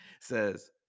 says